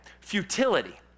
futility